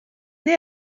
née